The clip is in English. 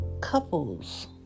couples